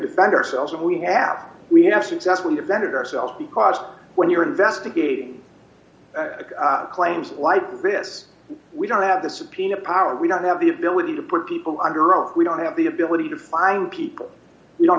defend ourselves and we have we have successfully defended ourselves because when you're investigating claims like this we don't have the subpoena power we don't have the ability to put people under oath we don't have the ability to fine people we don't